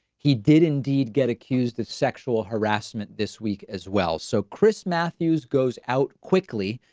he did indeed get accused of sexual harassment this week as well. so chris matthews goes out quickly.